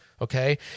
okay